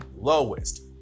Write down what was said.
lowest